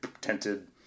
tented